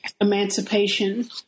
emancipation